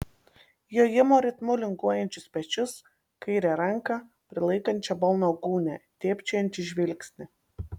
jojimo ritmu linguojančius pečius kairę ranką prilaikančią balno gūnią dėbčiojantį žvilgsnį